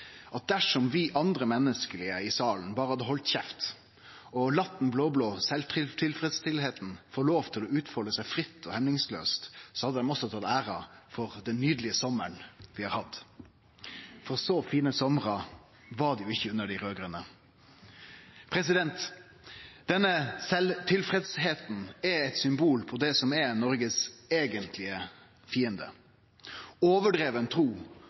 at dersom vi andre menneskelege her i salen berre hadde halde kjeft og late den blå-blå sjølvtilfredsheita få lov til å utfalde seg fritt og hemningslaust, hadde dei også tatt æra for den nydelege sommaren vi har hatt, for så fine somrar var det jo ikkje under dei raud-grøne! Denne sjølvtilfredsheita er eit symbol på det som er Noregs eigentlege fiende. Overdriven tru